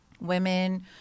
women